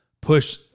push